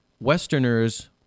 Westerners